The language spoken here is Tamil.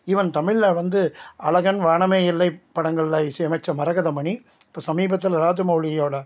ஈவன் தமிழ்ல வந்து அழகன் வானமே எல்லை படங்களில் இசையமைத்த மரகத மணி இப்போ சமீபத்தில் ராஜமௌலியோட